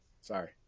Sorry